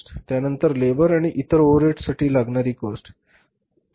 त्या नंतर लेबर आणि इतर ओव्हरहेडस साठी लागणारी कॉस्ट बरोबर